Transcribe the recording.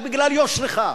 רק בגלל יושרך,